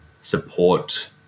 support